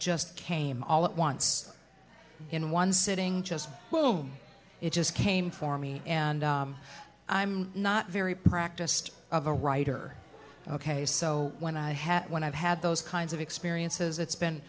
just came all at once in one sitting just it just came for me and i'm not very practiced of a writer ok so when i have when i've had those kinds of experiences it's been